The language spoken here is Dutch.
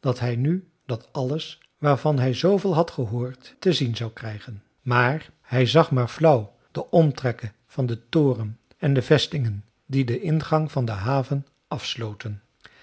dat hij nu dat alles waarvan hij zooveel had gehoord te zien zou krijgen maar hij zag maar flauw de omtrekken van den toren en de vestingen die den ingang van den haven afsloten